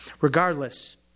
Regardless